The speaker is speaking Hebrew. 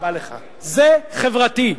זה חברתי.